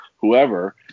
whoever